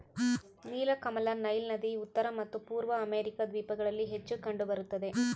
ನೀಲಕಮಲ ನೈಲ್ ನದಿ ಉತ್ತರ ಮತ್ತು ಪೂರ್ವ ಅಮೆರಿಕಾ ದ್ವೀಪಗಳಲ್ಲಿ ಹೆಚ್ಚು ಕಂಡು ಬರುತ್ತದೆ